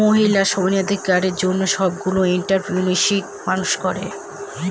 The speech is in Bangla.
মহিলা সমানাধিকারের জন্য সবগুলো এন্ট্ররপ্রেনিউরশিপ মানুষ করে